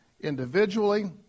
individually